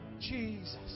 Jesus